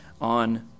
on